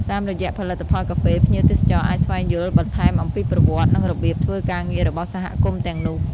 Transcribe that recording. តាមរយៈផលិតផលកាហ្វេ ភ្ញៀវទេសចរអាចស្វែងយល់បន្ថែមអំពីប្រវត្តិ និងរបៀបធ្វើការងាររបស់សហគមន៍ទាំងនោះ។